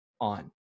on